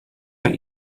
her